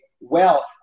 wealth